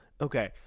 Okay